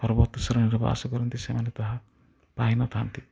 ପର୍ବତ ଶ୍ରେଣୀରେ ବାସ କରନ୍ତି ସେମାନେ ତାହା ପାଇନଥାନ୍ତି